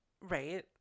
Right